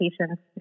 patients